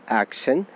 action